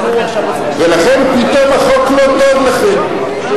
ולכן פתאום החוק לא טוב לכם.